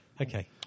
Okay